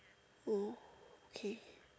okay